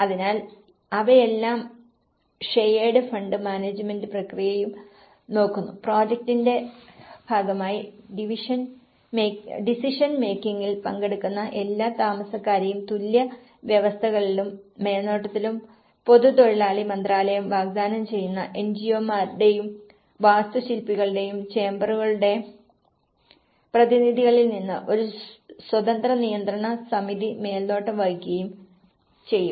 അതിനാൽ അവരെല്ലാം shared fund management പ്രക്രിയയും നോക്കുന്നു പ്രോജക്ടിന്റെ ഫഗമായി ഡിസിഷൻ മേക്കിങ്ങിൽ പങ്കെടുക്കുന്ന എല്ലാ താമസക്കാരെയും തുല്യ വ്യവസ്ഥകളിലും മേൽനോട്ടത്തിലും പൊതു തൊഴിലാളി മന്ത്രാലയം വാഗ്ദാനം ചെയ്യുന്ന എൻജിനീയർമാരുടെയും വാസ്തുശില്പികളുടെയും ചേമ്പറുകളുടെ പ്രതിനിധികളിൽ നിന്ന് ഒരു സ്വതന്ത്ര നിയന്ത്രണ സമിതി മേൽനോട്ടം വഹിക്കുകയും ചെയ്യും